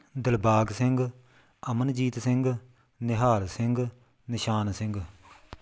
Dilbag Singh Amanjeet Singh Nihal Singh Nishan Singh